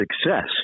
success